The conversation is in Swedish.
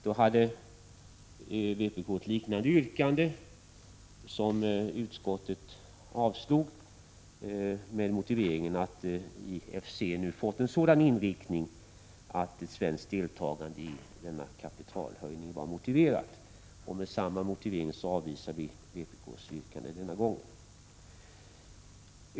Utskottet avstyrkte då ett liknande vpk-yrkande med motiveringen att IFC fått en sådan inriktning att ett svenskt deltagande i kapitalhöjningen var motiverat. Med samma motivering avvisar vi yrkandet i år.